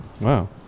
wow